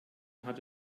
hat